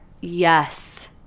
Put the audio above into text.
Yes